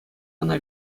ӑна